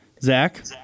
Zach